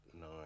No